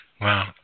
Wow